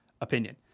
opinion